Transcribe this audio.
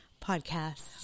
podcast